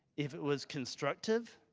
if it was constructive,